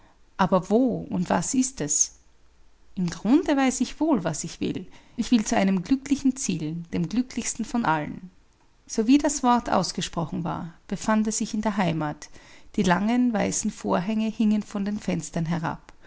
aber wo und was ist es im grunde weiß ich wohl was ich will ich will zu einem glücklichen ziel dem glücklichsten von allen so wie das wort ausgesprochen war befand er sich in der heimat die langen weißen vorhänge hingen vor den fenstern herab